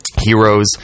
Heroes